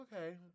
okay